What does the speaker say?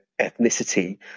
ethnicity